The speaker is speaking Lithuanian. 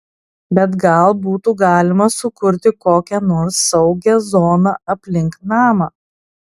bet gal būtų galima sukurti kokią nors saugią zoną aplink namą